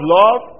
love